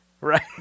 right